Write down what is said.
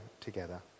together